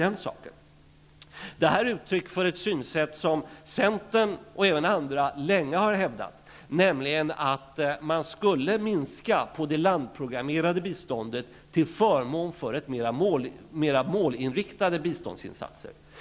Det är ett uttryck för det synsätt som Centern och andra länge har hävdat, nämligen att det landprogrammerade biståndet skulle minskas till förmån för mer målinriktade biståndsinsatser.